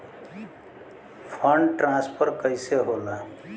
Fund transfer कैसे होला?